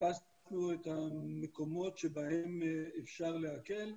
חיפשנו את המקומות שבהם אפשר להקל,